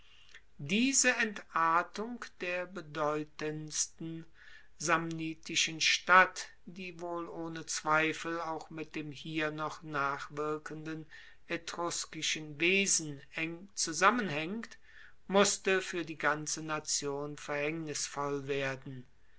diese entartung der bedeutendsten samnitischen stadt die wohl ohne zweifel auch mit dem hier noch nachwirkenden etruskischen wesen eng zusammenhaengt musste fuer die ganze nation verhaengnisvoll werden